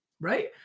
Right